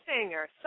singer